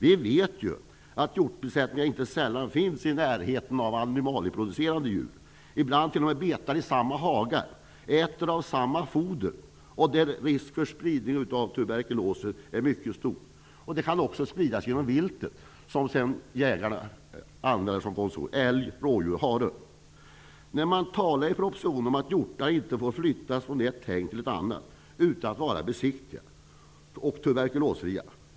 Vi vet ju att hjortbesättningar inte sällan finns i närheten av animalieproducerande djur. Ibland betar de t.o.m. i samma hagar och äter av samma foder. Då är risken för spridning av tuberkulosen mycket stor. Den kan också spridas genom vilt som älg, rådjur och hare. Det står i propositionen att hjortar inte får flyttas från ett hägn till ett annat utan att vara besiktigade och tuberkulosfria.